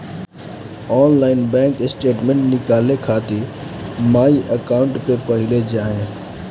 online bank statement निकाले खातिर my account पे पहिले जाए